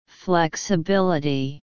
flexibility